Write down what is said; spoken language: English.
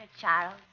Charles